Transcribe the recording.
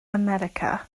america